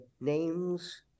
names